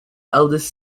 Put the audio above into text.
eldest